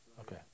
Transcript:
Okay